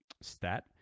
stat